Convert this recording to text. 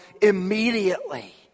immediately